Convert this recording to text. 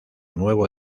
nuevo